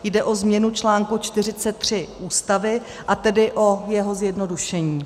Jde o změnu článku 43 Ústavy, a tedy o jeho zjednodušení.